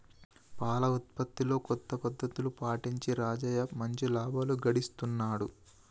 పాల ఉత్పత్తిలో కొత్త పద్ధతులు పాటించి రాజయ్య మంచి లాభాలు గడిస్తున్నాడు